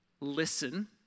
listen